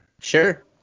Sure